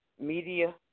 Media